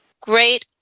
great